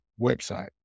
website